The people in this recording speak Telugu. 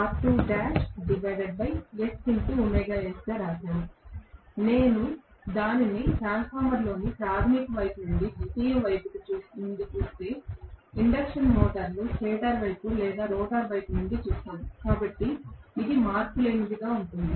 నేను దానిని ట్రాన్స్ఫార్మర్లోని ప్రాధమిక వైపు నుండి లేదా ద్వితీయ వైపు నుండి చూస్తే లేదా ఇండక్షన్ మోటారులో స్టేటర్ వైపు లేదా రోటర్ వైపు నుండి చూస్తాను కాబట్టి ఇది మార్పులేనిదిగా ఉంటుంది